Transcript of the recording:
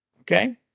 Okay